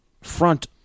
front